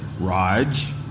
Raj